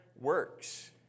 works